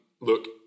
look